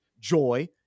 joy